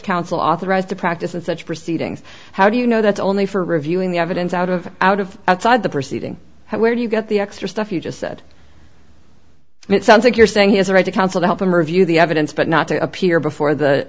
counsel authorized to practice in such proceedings how do you know that only for reviewing the evidence out of out of outside the proceeding where do you get the extra stuff you just said it sounds like you're saying he has a right to counsel to help him review the evidence but not to appear before the